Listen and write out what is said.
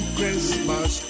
Christmas